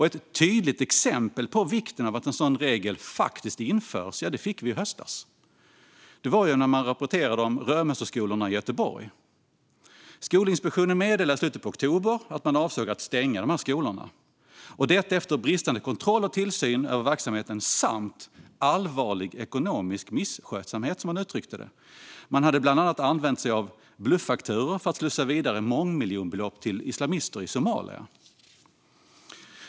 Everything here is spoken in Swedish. Ett tydligt exempel på vikten av att en sådan regel faktiskt införs fick vi i höstas. Det var när man rapporterade om Römosseskolorna i Göteborg. Skolinspektionen meddelade i slutet av oktober att den avsåg att stänga skolorna. Detta skulle ske eftersom föreningen som driver skolorna haft bristande kontroll och tillsyn över verksamheten samt visat allvarlig ekonomisk misskötsamhet. Man hade bland annat använt sig av bluffakturor för att slussa vidare mångmiljonbelopp till islamister i Somalia.